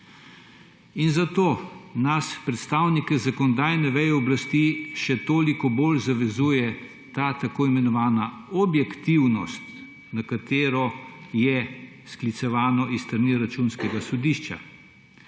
Zato nas predstavnike zakonodajne veje oblasti še toliko bolj zavezuje tako imenovana objektivnost, na katero se je sklicevalo Računsko sodišče.